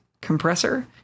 compressor